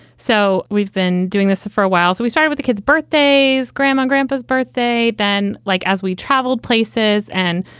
so we've been doing this for a while. so we start with the kids birthdays, grandma grandpa's birthday. then like as we traveled places and.